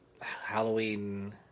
Halloween